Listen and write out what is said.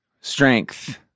strength